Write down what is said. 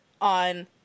on